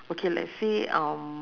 okay let's say um